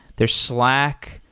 there's slack,